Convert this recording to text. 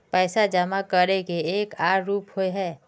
पैसा जमा करे के एक आर रूप होय है?